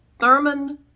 Thurman